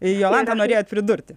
jolanta norėjot pridurti